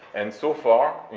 and so far,